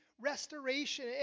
restoration